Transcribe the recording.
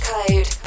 Code